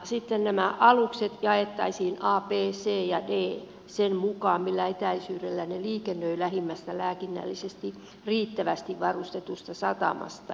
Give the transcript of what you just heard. sitten nämä alukset jaettaisiin a b c ja d sen mukaan millä etäisyydellä ne liikennöivät lähimmästä lääkinnällisesti riittävästi varustetusta satamasta